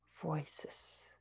voices